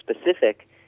specific